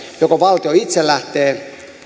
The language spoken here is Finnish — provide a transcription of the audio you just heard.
joko valtio itse lähtee